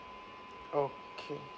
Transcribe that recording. okay